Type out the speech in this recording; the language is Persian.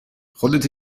خودت